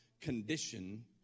condition